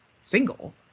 single